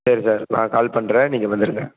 சரி சார் நான் கால் பண்ணுறேன் நீங்கள் வந்திருங்க